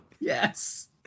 Yes